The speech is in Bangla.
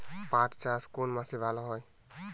পাট চাষ কোন মাসে ভালো হয়?